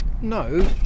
No